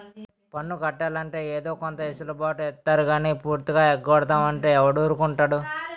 పన్ను కట్టాలంటే ఏదో కొంత ఎసులు బాటు ఇత్తారు గానీ పూర్తిగా ఎగ్గొడతాం అంటే ఎవడూరుకుంటాడు